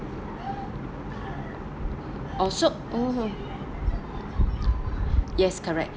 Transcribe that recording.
oh so hmm yes correct